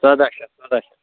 ژۄداہ شیٚتھ ژۄداہ شیٚتھ